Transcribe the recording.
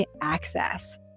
access